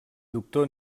doctor